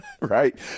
right